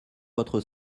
votre